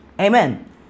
Amen